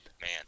Man